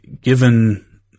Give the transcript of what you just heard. given